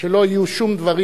שלא יהיו שום דברים.